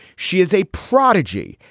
she is a prodigy.